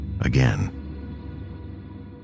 again